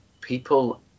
people